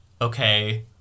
okay